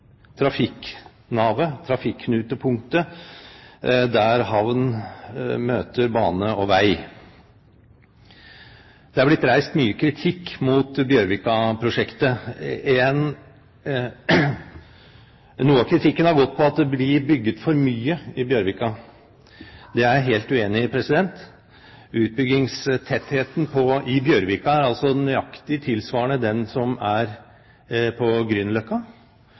blitt reist mye kritikk mot Bjørvika-prosjektet. Noe av kritikken har gått på at det blir bygget for mye i Bjørvika. Det er jeg helt uenig i. Utbyggingstettheten i Bjørvika er nøyaktig tilsvarende den på Grünerløkka, og jeg tror ingen i dag vil si at Grünerløkka – byutviklingsmessig sett – er